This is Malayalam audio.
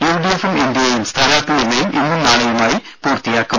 യുഡിഎഫും എൻഡിഎയും സ്ഥാനാർത്ഥി നിർണയം ഇന്നും നാളെയുമായി പൂർത്തിയാക്കും